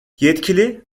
yetkili